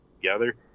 together